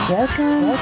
Welcome